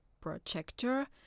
projector